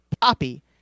Poppy